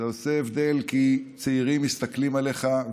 זה עושה הבדל כי צעירים מסתכלים עליך,